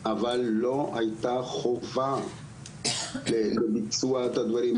אבל לא הייתה חובה לביצוע את הדברים,